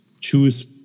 choose